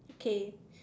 okay